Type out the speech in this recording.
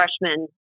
freshman